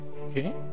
okay